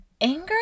anger